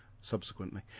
subsequently